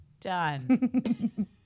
Done